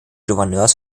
gouverneurs